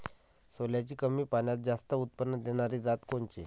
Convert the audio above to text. सोल्याची कमी पान्यात जास्त उत्पन्न देनारी जात कोनची?